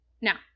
now